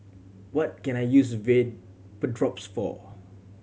what can I use Vapodrops for